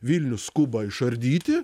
vilnius skuba išardyti